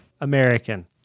American